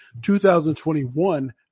2021